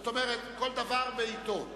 זאת אומרת, כל דבר בעתו.